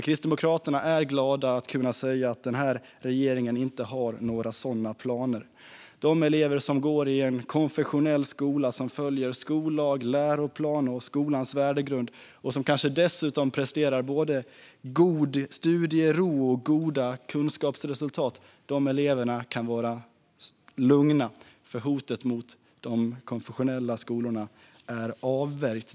Kristdemokraterna är dock glada att kunna säga att den här regeringen inte har några sådana planer. De elever som går på konfessionella skolor som följer skollag, läroplan och skolans värdegrund och kanske dessutom presterar både god studiero och goda kunskapsresultat kan vara lugna, för hotet mot de konfessionella skolorna är avvärjt.